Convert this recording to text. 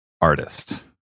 artist